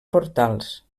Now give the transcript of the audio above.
portals